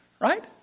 Right